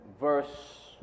Verse